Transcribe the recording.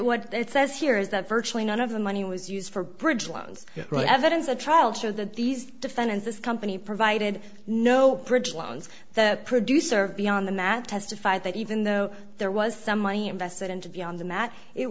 what it says here is that virtually none of the money was used for bridge loans right evidence the trial show that these defendants this company provided no bridge loans the producer of beyond the mat testified that even though there was some